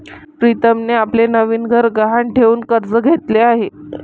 प्रीतमने आपले नवीन घर गहाण ठेवून कर्ज घेतले आहे